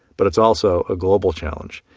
but it's also a global challenge.